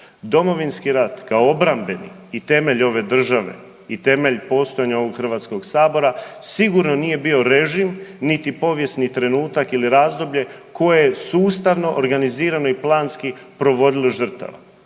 Domovinski rat kao obrambeni i temelj ove države i temelj postojanja ovog Hrvatskoga sabora sigurno nije bio režim niti povijesni trenutak ili razdoblje koje je sustavno, organizirano i planski provodilo žrtava.